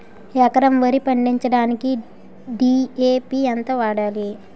ఎకరం వరి పండించటానికి డి.ఎ.పి ఎంత వాడాలి?